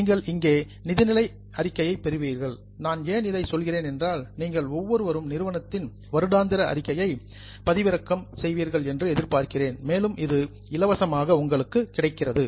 நீங்கள் இங்கே நிதிநிலை அறிக்கைகளை பெறுவீர்கள் நான் ஏன் இதைச் சொல்கிறேன் என்றால் நீங்கள் ஒவ்வொருவரும் நிறுவனத்தின் வருடாந்திர அறிக்கையை டவுன்லோட் பதிவிறக்கம் செய்வீர்கள் என்று எதிர்பார்க்கிறேன் மேலும் இது இலவசமாகக் உங்களுக்கு கிடைக்கிறது